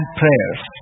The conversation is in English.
prayers